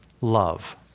love